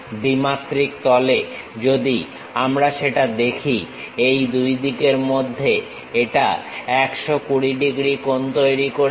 দ্বিমাত্রিক তলে যদি আমরা সেটা দেখি এই দুই দিকের মধ্যে এটা 120 ডিগ্রী কোণ তৈরি করেছে